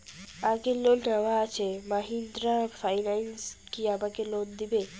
আগের লোন নেওয়া আছে মাহিন্দ্রা ফাইন্যান্স কি আমাকে লোন দেবে?